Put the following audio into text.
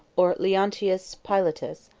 or leontius pilatus,